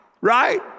right